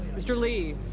mr. lee.